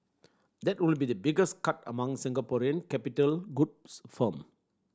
that would be the biggest cut among Singaporean capital goods firm